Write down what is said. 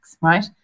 right